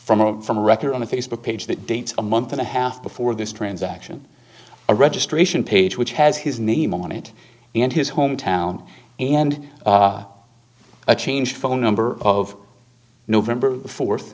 from or from record on a facebook page that dates a month and a half before this transaction a registration page which has his name on it and his hometown and a change phone number of november fourth